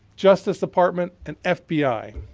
justice department, and fbi.